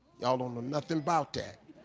yall don't know nothing bout that.